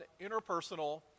interpersonal